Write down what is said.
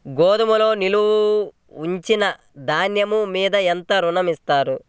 గోదాములో నిల్వ ఉంచిన ధాన్యము మీద ఎంత ఋణం ఇస్తారు?